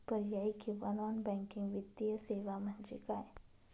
पर्यायी किंवा non banking वित्तीय सेवा म्हणजे काय?